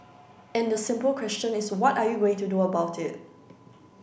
and the simple question is what are you going to do about it